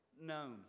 known